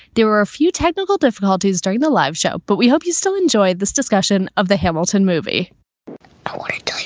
there were a few technical difficulties during the live show, but we hope you still enjoyed this discussion of the hamilton movie like